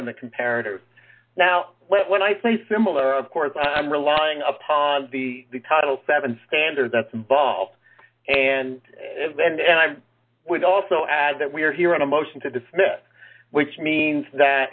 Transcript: and the comparative now when i say similar of course i'm relying upon the title seven standard that's involved and as and i would also add that we are here on a motion to dismiss which means that